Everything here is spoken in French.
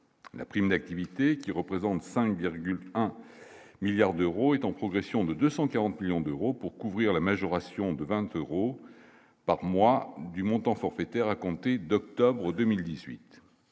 la prime d'activité qui représente 5,1 milliards d'euros, est en progression de 240 millions d'euros pour couvrir la majoration de 20 euros par mois du montant forfaitaire à compter d'octobre 2018